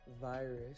virus